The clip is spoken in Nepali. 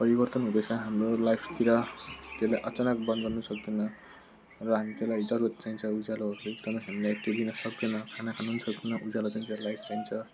परिवर्तन हुँदैछ हाम्रो लाइफतिर त्यसले अचानक बन्द गर्नु सक्दैन र हामी त्यसलाई जरुरत चाहिन्छ उज्यालोहरूको एकदमै हामीलाई त्योबिना सक्दैन खाना खानु पनि सक्दैन उज्यालो चाहिन्छ लाइट चाहिन्छ